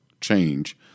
change